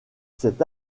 cet